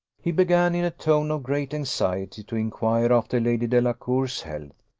he began in a tone of great anxiety to inquire after lady delacour's health.